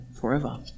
forever